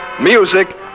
Music